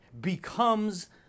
becomes